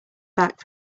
back